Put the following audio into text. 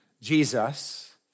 Jesus